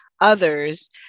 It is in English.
others